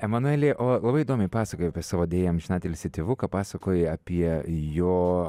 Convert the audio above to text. emanueli o labai įdomiai pasakojai apie savo deja amžinatilsį tėvuką pasakojai apie jo